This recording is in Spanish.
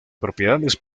propiedades